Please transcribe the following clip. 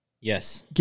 Yes